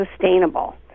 sustainable